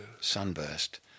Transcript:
Sunburst